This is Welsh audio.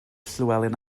llywelyn